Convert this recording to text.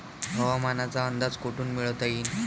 हवामानाचा अंदाज कोठून मिळवता येईन?